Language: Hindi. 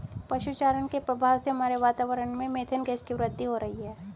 पशु चारण के प्रभाव से हमारे वातावरण में मेथेन गैस की वृद्धि हो रही है